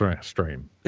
stream